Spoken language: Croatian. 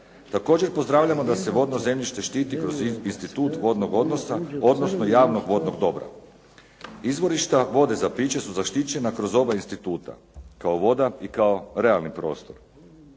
Također pozdravljamo da se vodno zemljište štiti kroz institut vodnog odnosa, odnosno javnog vodnog dobra. Izvorišta vode za piše su zaštićena kroz oba instituta, kao voda i kao realni prostor.